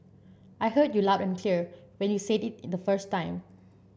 I heard you loud and clear when you said it in the first time